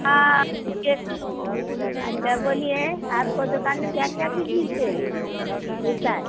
हाँ अच्छा बोलिए आपको दुकान में क्या क्या चीज़ मिलते हैं मिलता है